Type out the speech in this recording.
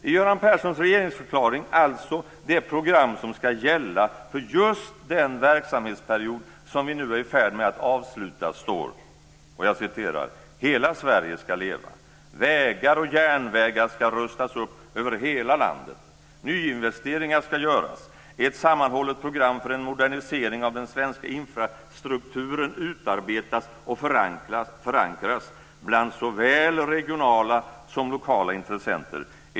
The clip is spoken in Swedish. I Göran Perssons regeringsförklaring, alltså det program som ska gälla för just den verksamhetsperiod som vi nu är i färd med att avsluta, står det: "Hela Sverige ska leva. Vägar och järnvägar ska rustas upp över hela landet. Nyinvesteringar ska göras. Ett sammanhållet program för en modernisering av den svenska infrastrukturen utarbetas och förankras bland såväl regionala som lokala intressenter.